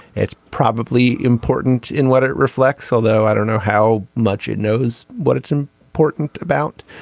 it's probably important in what it reflects although i don't know how much it knows what it's an important about.